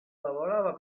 lavorava